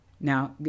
Now